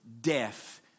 death